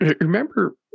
remember